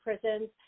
prisons